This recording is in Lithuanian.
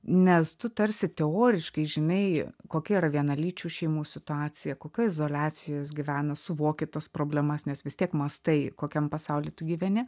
nes tu tarsi teoriškai žinai kokia yra vienalyčių šeimų situacija kokioj izoliacijoj jos gyvena suvoki tas problemas nes vis tiek mąstai kokiam pasauly tu gyveni